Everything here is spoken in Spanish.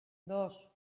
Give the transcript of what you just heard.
dos